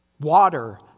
Water